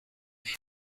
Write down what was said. sus